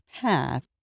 path